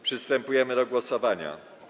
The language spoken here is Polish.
Przystępujemy do głosowania.